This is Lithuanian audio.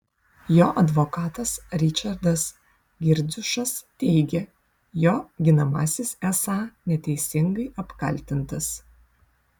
jo advokatas ričardas girdziušas teigė jo ginamasis esą neteisingai apkaltintas